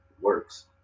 works